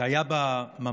שהיה בה ממש